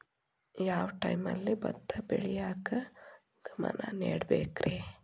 ಯಾವ್ ಟೈಮಲ್ಲಿ ಭತ್ತ ಬೆಳಿಯಾಕ ಗಮನ ನೇಡಬೇಕ್ರೇ?